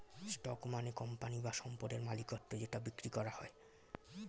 stock মানে company বা সম্পদের মালিকত্ব যেটা বিক্রি করা যায়